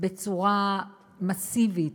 בצורה מסיבית,